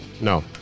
No